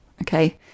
okay